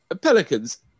pelicans